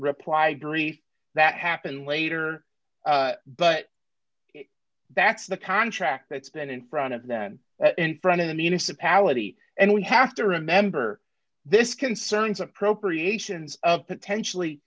reply brief that happened later but that's the time track that's been in front of them in front of the municipality and we have to remember this concerns appropriations of potentially